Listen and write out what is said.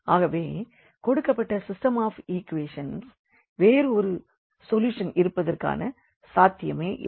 ஆகவே கொடுக்கப்பட்ட system of equations வேறு ஒரு சொல்யூஷன் இருப்பதற்கான சாத்தியமே இல்லை